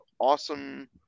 awesome